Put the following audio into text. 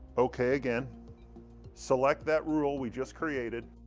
okay again select that rule we just created